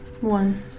One